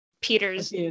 peter's